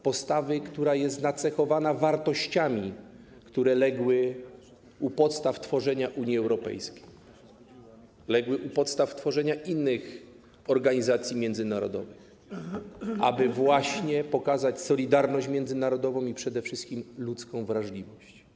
Postawy, która jest nacechowana wartościami, które legły u podstaw tworzenia Unii Europejskiej, legły u podstaw tworzenia innych organizacji międzynarodowych, aby właśnie pokazać solidarność międzynarodową i przede wszystkim ludzką wrażliwość.